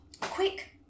quick